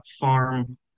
farm